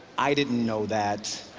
i didn't know that.